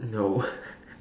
no